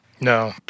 No